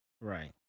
Right